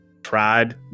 Tried